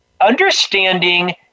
understanding